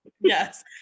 Yes